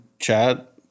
chat